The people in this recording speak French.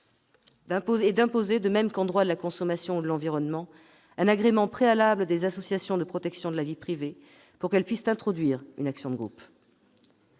et d'imposer, de même qu'en droit de la consommation ou de l'environnement, un agrément préalable des associations de protection de la vie privée pour introduire une action de groupe.